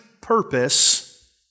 purpose